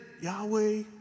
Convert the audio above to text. Yahweh